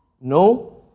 no